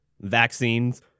vaccines